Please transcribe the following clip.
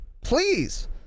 please